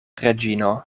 reĝino